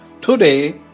Today